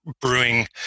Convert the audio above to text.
brewing